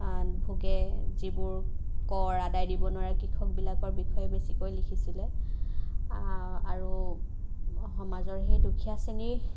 ভোগে যিবোৰ কৰ আদায় দিব নোৱাৰে কৃষকবিলাকৰ বিষয়ে বেছিকৈ লিখিছিলে আৰু সমাজৰ সে ই দুখীয়া শ্ৰেণীৰ